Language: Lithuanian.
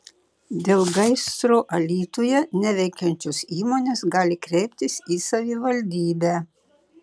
dėl gaisro alytuje neveikiančios įmonės gali kreiptis į savivaldybę